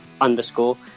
underscore